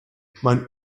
mein